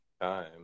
time